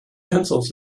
pencils